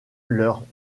leurs